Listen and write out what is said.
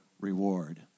reward